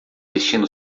vestindo